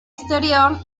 exterior